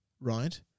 right